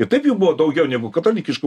ir taip jų buvo daugiau negu katalikiškų